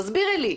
תסבירי לי.